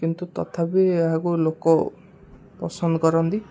କିନ୍ତୁ ତଥାପି ଏହାକୁ ଲୋକ ପସନ୍ଦ କରନ୍ତି